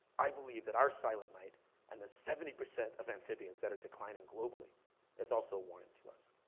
i believe that our silent night and the seventy percent of amphibians that are declining globally is also a warning to us.